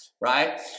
right